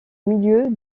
milieu